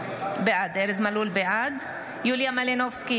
בעד יוליה מלינובסקי,